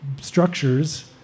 structures